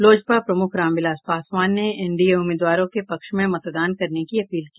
लोजपा प्रमूख रामविलास पासवान ने एनडीए उम्मीदवारों के पक्ष में मतदान करने की अपील की